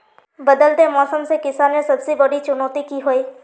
बदलते मौसम से किसानेर सबसे बड़ी चुनौती की होय?